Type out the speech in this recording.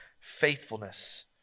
faithfulness